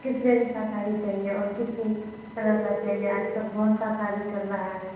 किस रेन्ज की साड़ी चाहिए और किस कलर की चाहिए आजकल बहुत सी साड़ी चल रही है